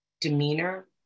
demeanor